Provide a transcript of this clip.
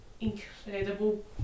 incredible